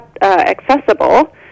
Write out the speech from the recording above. accessible